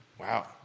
Wow